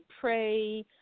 pray